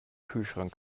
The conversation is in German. kühlschrank